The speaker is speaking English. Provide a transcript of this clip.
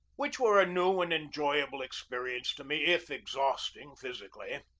which were a new and enjoyable experience to me, if exhausting physically.